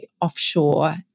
offshore